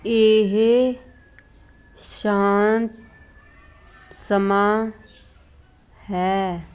ਇਹ ਸ਼ਾਂਤ ਸਮਾਂ ਹੈ